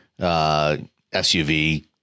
SUV